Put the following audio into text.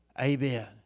Amen